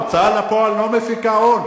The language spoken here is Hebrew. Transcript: הוצאה לפועל לא מפיקה הון,